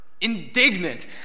Indignant